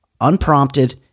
unprompted